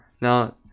now